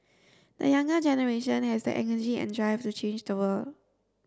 the younger generation has the energy and drive to change the world